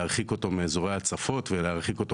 להרחיק אותו מאזורי הצפות ולהרחיק אותו